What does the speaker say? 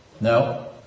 No